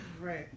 Right